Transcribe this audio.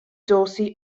dorsey